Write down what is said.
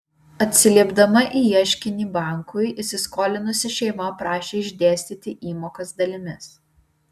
atsiliepdama į ieškinį bankui įsiskolinusi šeima prašė išdėstyti įmokas dalimis